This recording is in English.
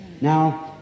Now